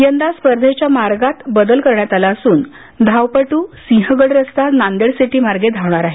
यंदा स्पर्धेच्या मार्गात बदल करण्यात आला असुन धावपट्रसिंहगड रस्ता नांदेड सिटी मार्गे धावणार आहेत